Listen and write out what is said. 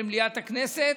למליאת הכנסת.